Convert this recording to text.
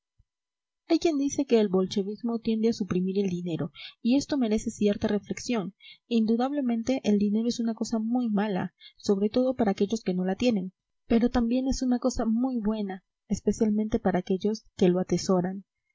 hay quien dice que el bolchevismo tiende a suprimir el dinero y esto merece cierta reflexión indudablemente el dinero es una cosa muy mala sobre todo para aquellos que no lo tienen pero también es una cosa muy buena especialmente para aquellos que lo atesoran